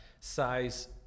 size